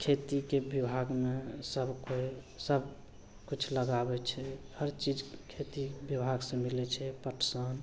खेतीके विभागमे सब कोइ सबकिछु लगाबै छै हर चीजके खेती विभागसे मिलै छै पटसन